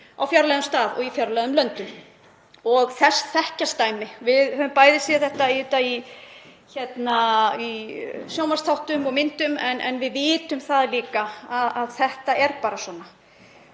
á fjarlægum stað og í fjarlægum löndum og þess þekkjast dæmi. Við höfum séð þetta í sjónvarpsþáttum og myndum, en við vitum líka að þetta er bara svona.